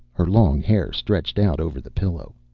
her long hair stretched out over the pillow.